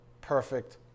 perfect